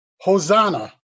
Hosanna